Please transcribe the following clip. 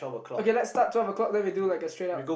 okay let's start twelve O-clock then we do like a straight up